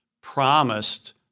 promised